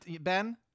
Ben